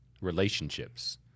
Relationships